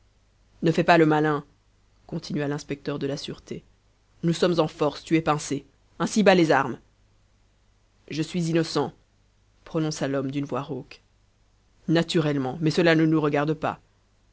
ne fais pas le malin continua l'inspecteur de la sûreté nous sommes en force tu es pincé ainsi bas les armes je suis innocent prononça l'homme d'une voix rauque naturellement mais cela ne nous regarde pas